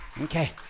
Okay